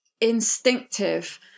instinctive